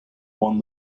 won